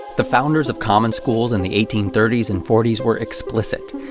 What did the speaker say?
the founders of common schools in the eighteen thirty s and forty s were explicit.